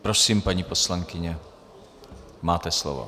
Prosím, paní poslankyně, máte slovo.